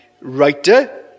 writer